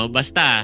Basta